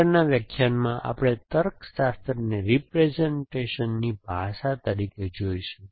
આગળના વ્યાખ્યાન માં આપણે તર્કશાસ્ત્ર ને રિપ્રેસેંટેશનની ભાષા તરીકે જોઈશું